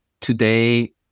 today